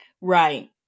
Right